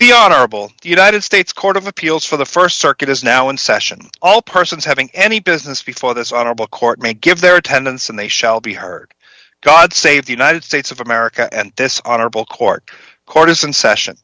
the honorable united states court of appeals for the st circuit is now in session all persons having any business before this honorable court may give their attendance and they shall be heard god save the united states of america and this honorable court court is in session